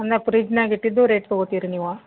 ಅಂದ್ರೆ ಫ್ರಿಜ್ದಾಗ ಇಟ್ಟಿದ್ದೂ ರೇಟ್ ತೊಗೋತೀರಿ ನೀವು